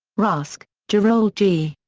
rusk, jerrold g.